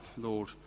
Lord